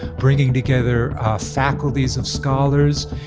bringing together faculties of scholars.